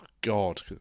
god